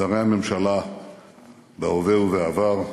שרי הממשלה בהווה ובעבר,